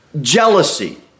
jealousy